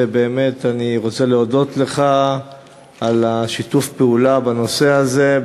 ובאמת אני רוצה להודות לך על שיתוף הפעולה בנושא הזה.